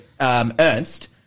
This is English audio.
Ernst